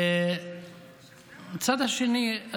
מצד שני,